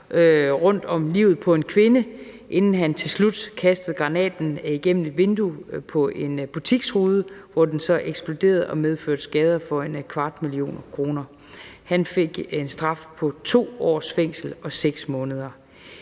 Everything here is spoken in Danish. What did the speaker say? rundt om livet på en kvinde, inden han til slut kastede granaten igennem en butiksrude, hvor den så eksploderede og medførte skader for 250.000 kr. Han fik en fængselsstraf på 2 år og 6 måneder.